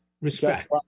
respect